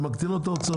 זה מקטין לו את ההוצאות.